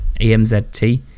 EMZT